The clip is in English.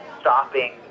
stopping